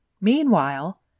Meanwhile